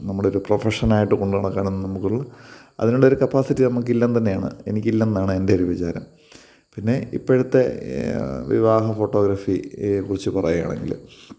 നമ്മുടെ ഒരു പ്രൊഫഷനായിട്ട് കൊണ്ടു നടടക്കാനൊന്നും നമ്മൾക്ക് ഒരു അതിനുള്ള കപ്പാസിറ്റി നമുക്ക് ഇല്ലെന്ന് തന്നെയാണ് എനിക്ക് ഇല്ല എന്നാണ് എൻ്റെ ഒരു വിചാരം പിന്നെ ഇപ്പോഴത്തെ വിവാഹ ഫോട്ടോഗ്രഫി യെ കുറിച്ച് പറയുകയാണെങ്കിൽ